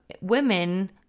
women